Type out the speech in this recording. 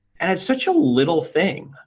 and it's such a little thing.